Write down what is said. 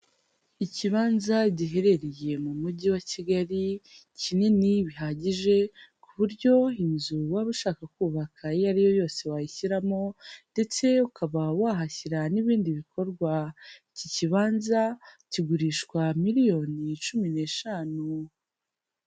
Ikibanza giherereye mu mujyi wa Kigali kinini bihagije ku buryo inzu waba ushaka kubaka iyo ari yo yose wayishyiramo ndetse ukaba wahashyira n'ibindi bikorwa, iki kibanza kigurishwa miliyoni cumi n'eshanu.